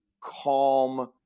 calm